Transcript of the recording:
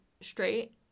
straight